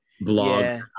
blog